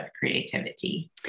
creativity